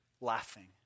laughing